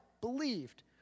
believed